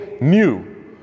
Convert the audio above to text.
new